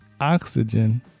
oxygen